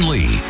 Lee